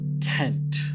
tent